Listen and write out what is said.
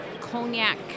cognac